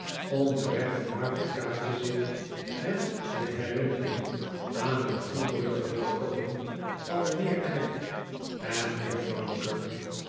onderweg vermaakte kaatje zich met de herinnering aan het wonderlijke voorkomen van mijnheer knag en juffrouw